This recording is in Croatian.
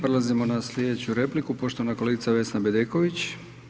Prelazimo na slijedeću repliku, poštovana kolegica Vesna Bedeković.